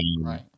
right